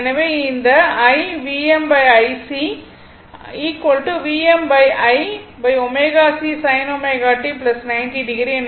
எனவே இந்த 1 VmIC Vm1ω C sin ω t 90 o என எழுதலாம்